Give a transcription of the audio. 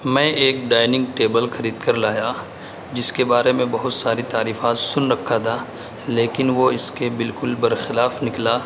میں ایک dining table کھرید کر لایا جس کے بارے میں بہت ساری تعریفات سن رکھا تھا لیکن وہ اس کے بالکل برخلاف نکلا